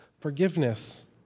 Forgiveness